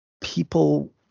people